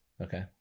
Okay